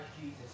Jesus